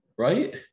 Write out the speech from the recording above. right